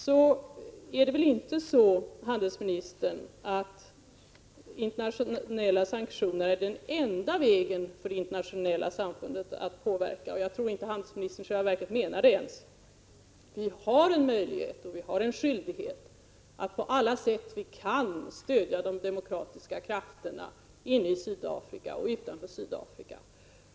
Det är väl inte så, statsrådet, att internationella sanktioner är den enda vägen för det internationella samfundet att påverka? Jag tror att statsrådet i själva verket inte anser det. Vi har en möjlighet och en skyldighet att på alla sätt vi kan stödja de demokratiska krafterna inne i Sydafrika och utanför Sydafrika.